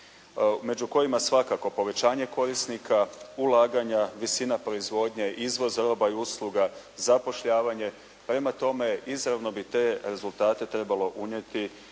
među kojima svakako povećanje korisnika ulaganja, visina proizvodnje, izvoz roba i usluga, zapošljavanje. Prema tome izravno bi te rezultate trebalo unijeti